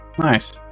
Nice